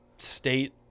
State